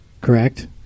correct